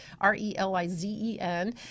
R-E-L-I-Z-E-N